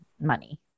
money